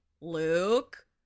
Luke